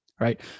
right